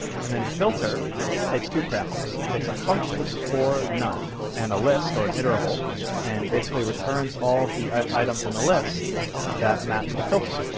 and then filter takes two parameters. it takes a function or none and a list or an iterable and basically returns all of the items in the list that match the filter.